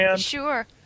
Sure